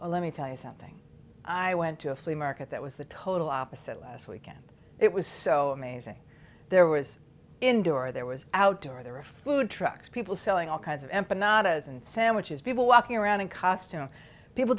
a let me tell you something i went to a flea market that was the total opposite last weekend it was so amazing there was indoor there was outdoor there were food trucks people selling all kinds of empanada as and sandwiches people walking around in costume people